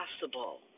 possible